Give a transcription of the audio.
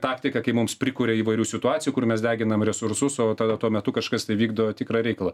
taktiką kai mums prikuria įvairių situacijų kur mes deginam resursus o tada tuo metu kažkas tai vykdo tikrą reikalą